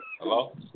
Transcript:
Hello